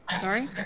Sorry